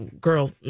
girl